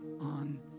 on